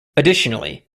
additionally